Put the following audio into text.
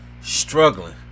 struggling